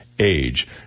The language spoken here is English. age